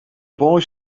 boy